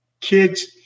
kids